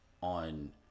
on